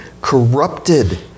corrupted